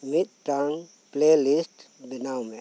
ᱢᱤᱫᱴᱟᱝ ᱯᱮᱞᱮᱞᱤᱥᱴ ᱵᱮᱱᱟᱣ ᱢᱮ